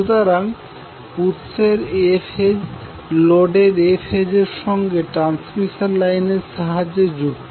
সুতরাং উৎসের A phase লোডের A ফেজের সঙ্গে ট্রান্সমিসন লাইনের সাহায্যে যুক্ত